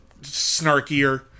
snarkier